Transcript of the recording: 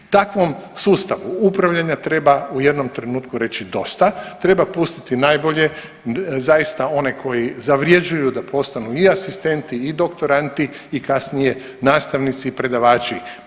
Takvom sustavu upravljanja treba u jednom trenutku reći dosta, treba pustiti najbolje, zaista one koji zavrjeđuju da postanu i asistenti i doktorandi i kasnije nastavnici i predavači.